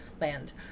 land